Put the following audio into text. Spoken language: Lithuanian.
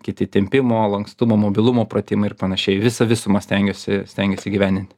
kiti tempimo lankstumo mobilumo pratimai ir panašiai visą visumą stengiuosi stengiuosi įgyvendint